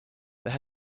there